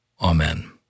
Amen